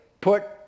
put